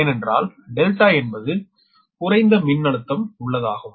ஏனென்றால் ∆ என்பது குறைந்த மின்னழுத்தம் உள்ளதாகும்